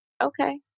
okay